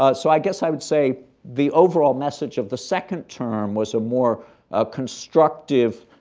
ah so i guess i would say the overall message of the second term was a more ah constructive,